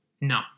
No